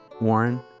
warren